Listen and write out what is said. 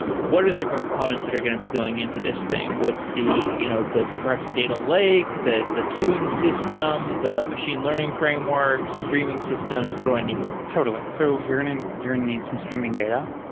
what are the different components that are going to be going into this thing? what's the you know the perhaps data lake, the the queuing system, the machine learning framework, streaming systems? what do i need? totally. so you're going and to need some streaming data.